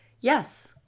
Yes